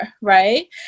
Right